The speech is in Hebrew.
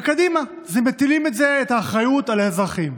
וקדימה, מטילים את זה, את האחריות, על האזרחים.